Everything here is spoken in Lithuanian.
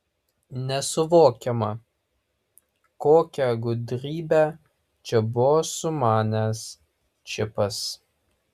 nesuvokiama kokią gudrybę čia buvo sumanęs čipas